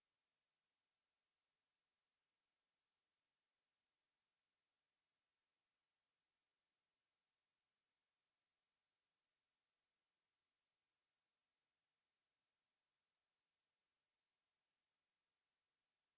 oh